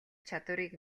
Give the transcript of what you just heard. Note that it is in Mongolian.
чадварыг